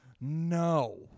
no